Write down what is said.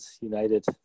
United